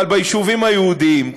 אבל ביישובים היהודיים,